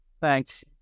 Thanks